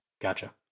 gotcha